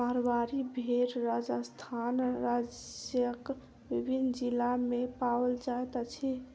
मारवाड़ी भेड़ राजस्थान राज्यक विभिन्न जिला मे पाओल जाइत अछि